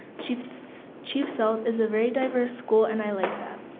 chief chief sealth is a very diverse school and i like that.